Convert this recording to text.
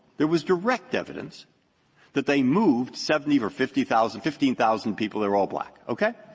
there was direct evidence that they moved seventy or fifty thousand fifteen thousand people are all black. okay?